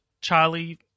Charlie